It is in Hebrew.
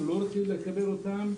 לקבל אותם,